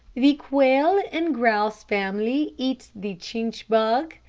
the quail and grouse family eats the chinch-bug,